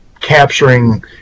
capturing